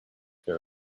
there